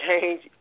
change